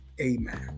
amen